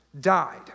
died